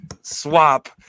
swap